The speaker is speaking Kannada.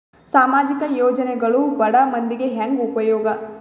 ಸಾಮಾಜಿಕ ಯೋಜನೆಗಳು ಬಡ ಮಂದಿಗೆ ಹೆಂಗ್ ಉಪಯೋಗ?